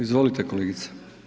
Izvolite kolegice.